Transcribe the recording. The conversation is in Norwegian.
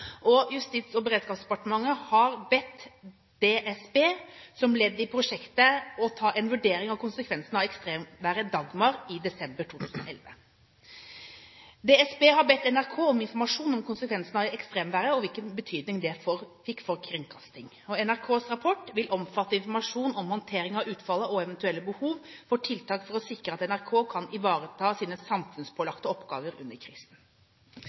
Justis- og beredskapsdepartementet har bedt DSB som ledd i prosjektet å ta en vurdering av konsekvensene av ekstremværet Dagmar i desember 2011. DSB har bedt NRK om informasjon om konsekvensene av ekstremværet og hvilken betydning det fikk for kringkastingen. NRKs rapport vil omfatte informasjon om håndteringen av utfallene og eventuelle behov for tiltak for å sikre at NRK kan ivareta sine samfunnspålagte oppgaver under